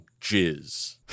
jizz